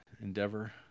endeavor